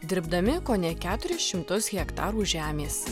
dirbdami kone keturis šimtus hektarų žemės